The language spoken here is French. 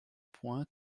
point